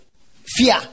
Fear